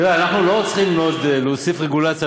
תראה, אנחנו לא צריכים להוסיף עוד רגולציה.